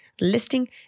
listing